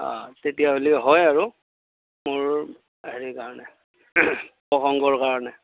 অ তেতিয়াহ'লে হয় আৰু মোৰ হেৰি কাৰণে প্ৰসংগৰ কাৰণে